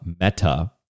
Meta